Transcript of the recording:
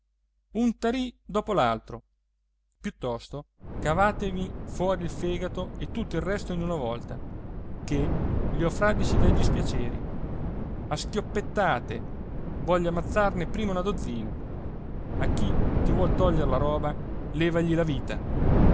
un tarì dopo l'altro piuttosto cavatemi fuori il fegato e tutto il resto in una volta ché li ho fradici dai dispiaceri a schioppettate voglio ammazzarne prima una dozzina a chi ti vuol togliere la roba levagli la vita